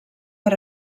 per